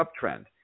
uptrend